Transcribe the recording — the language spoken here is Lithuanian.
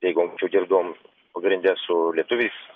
jeigu anksčiau dirbdavom pagrinde su lietuviais